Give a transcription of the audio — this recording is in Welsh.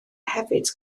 hefyd